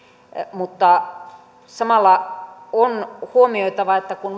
mutta samalla on huomioitava että kun